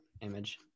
image